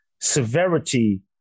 severity